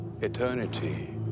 Eternity